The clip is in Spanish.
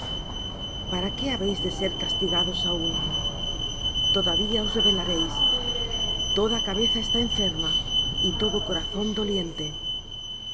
para qué habéis de ser castigados aún todavía os rebelaréis toda cabeza está enferma y todo corazón doliente